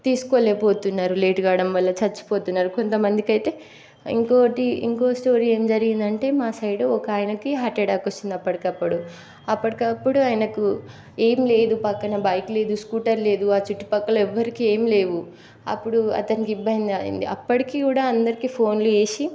తీసుకోలేకపోతున్నారు late కావడం వల్ల చచ్చిపోతున్నారు కొంతమందికి అయితే ఇంకోటి ఇంకో స్టోరీ ఏం జరిగింది అంటే మా సైడు ఒక ఆయనకి హార్ట్ ఎటాక్ వచ్చింది అప్పటికప్పుడు అప్పటికప్పుడు ఆయనకు ఏం లేదు పక్కన బైక్ లేదు స్కూటర్ లేదు ఆ చుట్టుపక్కల ఎవ్వరికి ఏం లేవు అప్పుడు అతనికి ఇబ్బంది అయ్యింది అప్పటికి కూడా అందరికిఫోన్లు చేసి